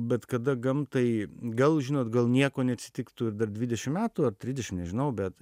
bet kada gamtai gal žinot gal nieko neatsitiktų ir dar dvidešim metų ar trisdešimt nežinau bet